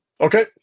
Okay